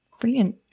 Brilliant